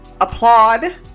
applaud